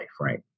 right